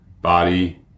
body